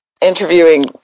interviewing